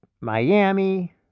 Miami